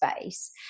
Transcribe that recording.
space